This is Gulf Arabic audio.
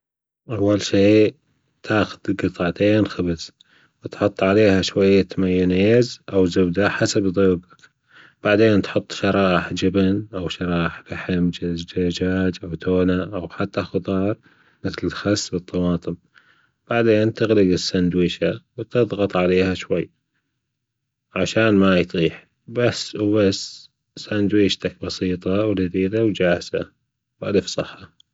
أول شي تاخدي قطعتين خبز و تحط عليهم مايونيز أو زبدة ع حسب زوجك وبعدين تحط شرياح جبن أو شرايح لحم دجاج أو تونة أو حتى خضار مثل الخص و الطماطم وبعدين تغلجح السندويشة و تضغط عليها شويا حتى لا تطيح بس وبس سندويشتك بسيطة ولذيذة وجاهزة ألف صحة.